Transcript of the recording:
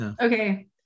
Okay